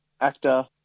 actor